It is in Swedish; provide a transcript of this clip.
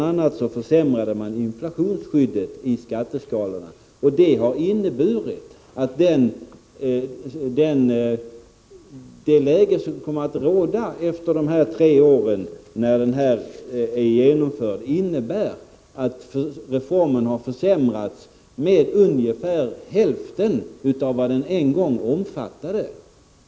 a. försämrade man inflationsskyddet av skatteskalorna, och det har medfört att det läge som kommer att råda efter de tre år när den är genomförd innebär att reformen har försämrats med ungefär hälften av vad den en gång omfattade.